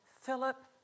Philip